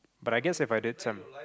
but I guess If i did some